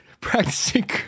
practicing